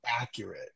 accurate